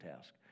task